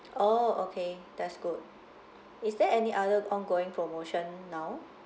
oh okay that's good is there any other ongoing promotion now